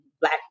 Black